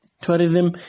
tourism